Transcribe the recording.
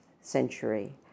century